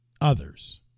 others